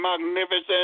magnificent